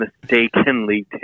mistakenly